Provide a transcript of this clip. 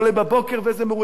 ואיזה מרואיין עולה בערב,